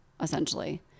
essentially